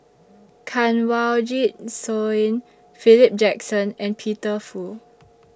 Kanwaljit Soin Philip Jackson and Peter Fu